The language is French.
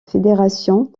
fédération